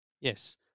Yes